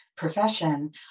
profession